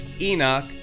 Enoch